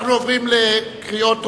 אנחנו עוברים לקריאות טרומיות.